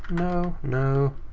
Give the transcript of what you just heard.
no, no.